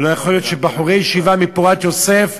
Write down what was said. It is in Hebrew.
לא יכול להיות שבחורי ישיבה מ"פורת יוסף",